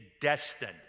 destined